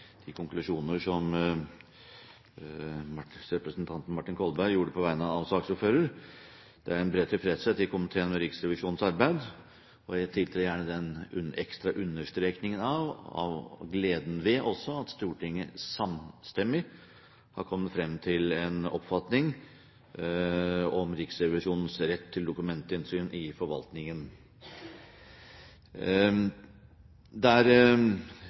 bred tilfredshet i komiteen med Riksrevisjonens arbeid, og jeg tiltrer gjerne den ekstra understrekningen av og også gleden ved at Stortinget samstemmig har kommet frem til en oppfatning om Riksrevisjonens rett til dokumentinnsyn i forvaltningen.